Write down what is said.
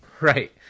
Right